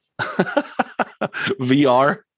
VR